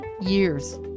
years